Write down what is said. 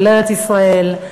של ארץ-ישראל.